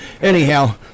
anyhow